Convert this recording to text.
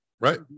Right